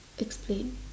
explain